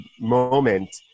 moment